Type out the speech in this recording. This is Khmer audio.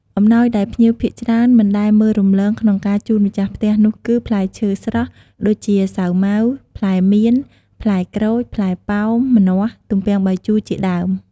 អំណោយដែលភ្ញៀវភាគច្រើនមិនដែលមើលរំលងក្នុងការជូនម្ចាស់ផ្ទះនោះគឺផ្លែឈើស្រស់ ដូចជាសាវម៉ាវ ផ្លែមៀន ផ្លែក្រូច ផ្លែប៉ោម ម្នាស់ ទំពាំងបាយជូរជាដើម។